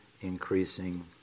increasing